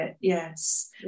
Yes